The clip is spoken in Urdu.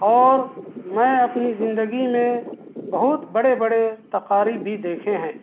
اور میں اپنی زندگی میں بہت بڑے بڑے تقاریب بھی دیکھے ہیں